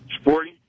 Sporty